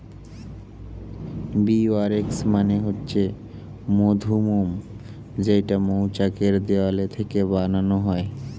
bee wax মানে হচ্ছে মধুমোম যেইটা মৌচাক এর দেওয়াল থেকে বানানো হয়